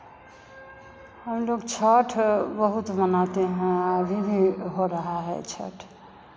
हम लोग छठ बहुत मनाते हैं अभी भी हो रहा है छठ